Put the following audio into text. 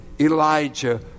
Elijah